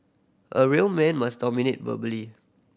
a real man must dominate verbally